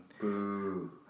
Boo